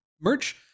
merch